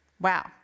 Wow